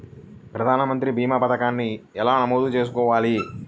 ప్రధాన మంత్రి భీమా పతకాన్ని ఎలా నమోదు చేసుకోవాలి?